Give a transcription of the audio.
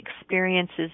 experiences